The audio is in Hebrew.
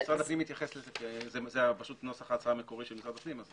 זה נוסח ההצעה המקורית של משרד הפנים.